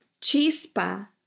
Chispa